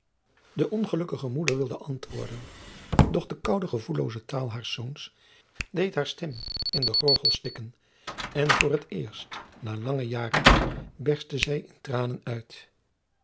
de ongelukkige moeder wilde antwoorden doch de koude gevoellooze taal haars zoons deed de stem haar in den gorgel stikken en voor t eerst na lange jaren berstte zij in tranen uit